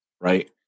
Right